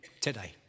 today